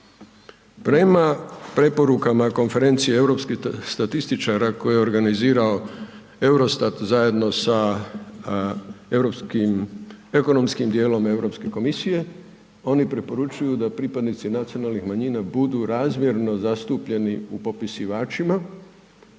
Prema preporukama konferencije europskih statističara koje je organizirao EUROSTAT zajedno sa ekonomskim djelom Europske komisije, oni preporučuju da pripadnici nacionalnih manjina budu razmjeno zastupljeni u popisivačima